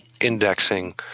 indexing